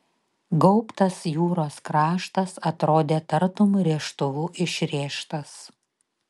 gaubtas jūros kraštas atrodė tartum rėžtuvu išrėžtas